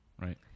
Right